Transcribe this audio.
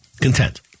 content